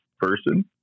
person